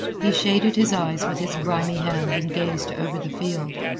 he shaded his eyes with his grimy hand and gazed over the field.